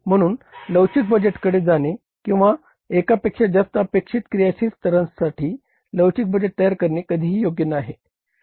म्हणून लवचिक बजेटकडे जाणे किंवा एकापेक्षा जास्त अपेक्षित क्रियाशील स्तरासाठी लवचिक बजेट तयार करणे कधीही योग्य आहे